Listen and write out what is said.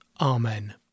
Amen